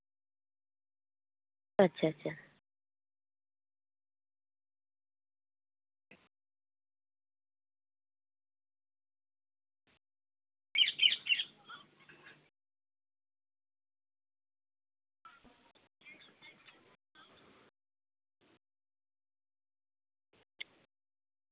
ᱟᱪᱪᱷᱟ ᱟᱪᱪᱷᱟ